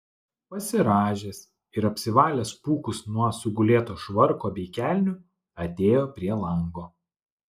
pasirąžęs ir apsivalęs pūkus nuo sugulėto švarko bei kelnių atėjo prie lango